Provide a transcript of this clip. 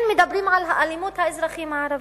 כן מדברים על אלימות האזרחים הערבים.